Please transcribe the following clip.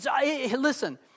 Listen